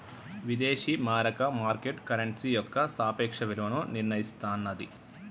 విదేశీ మారక market currency యొక్క సాపేక్ష విలువను నిర్ణయిస్తన్నాది